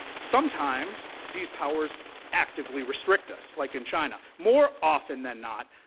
sometimes these powers actively restrict us, like in china. more often than not,